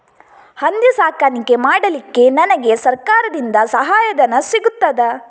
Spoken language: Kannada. ಹಂದಿ ಸಾಕಾಣಿಕೆ ಮಾಡಲಿಕ್ಕೆ ನನಗೆ ಸರಕಾರದಿಂದ ಸಹಾಯಧನ ಸಿಗುತ್ತದಾ?